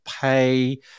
pay